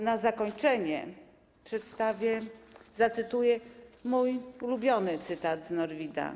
Na zakończenie przedstawię i zacytuję mój ulubiony cytat z Norwida.